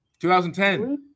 2010